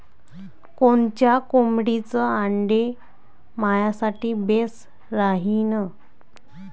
कोनच्या कोंबडीचं आंडे मायासाठी बेस राहीन?